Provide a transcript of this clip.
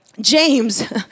James